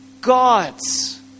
God's